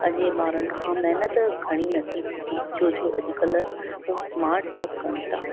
अॼु जे ॿारनि खां महिनत घणी नथी पुॼे छो जो अॼुकल्ह उहे स्मार्ट वर्क कनि था